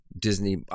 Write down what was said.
Disney